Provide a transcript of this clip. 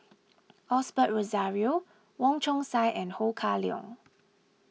Osbert Rozario Wong Chong Sai and Ho Kah Leong